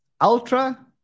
ultra